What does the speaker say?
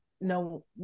no